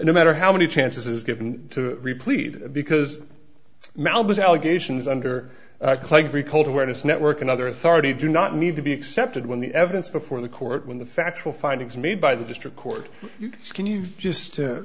no matter how many chances is given to repleat because melba's allegations under clegg recalled awareness network and other authority do not need to be accepted when the evidence before the court when the factual findings made by the district court can you've just